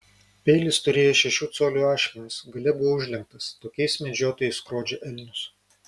peilis turėjo šešių colių ašmenis gale buvo užlenktas tokiais medžiotojai skrodžia elnius